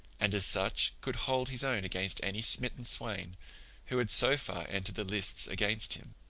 and as such could hold his own against any smitten swain who had so far entered the lists against him.